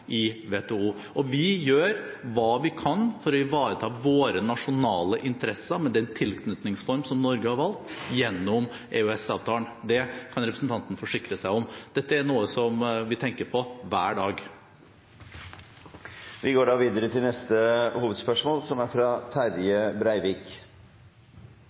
i WTO. Og vi gjør hva vi kan for å ivareta våre nasjonale interesser med den tilknytningsform som Norge har valgt, gjennom EØS-avtalen. Det kan representanten forsikre seg om. Dette er noe som vi tenker på hver dag. Vi går da til neste hovedspørsmål.